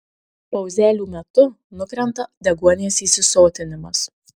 pauzelių metu nukrenta deguonies įsisotinimas